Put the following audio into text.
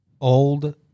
old